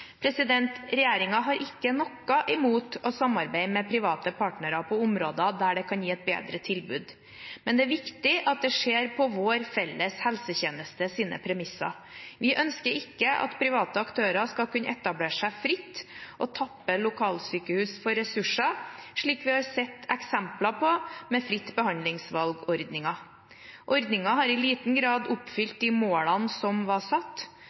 har ikke noe imot å samarbeide med private partnere på områder der det kan gi et bedre tilbud, men det er viktig at det skjer på vår felles helsetjenestes premisser. Vi ønsker ikke at private aktører skal kunne etablere seg fritt og tappe lokalsykehus for ressurser – slik vi har sett eksempler på med fritt behandlingsvalg-ordningen. Ordningen har i liten grad oppfylt de målene som var satt.